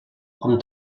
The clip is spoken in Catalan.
com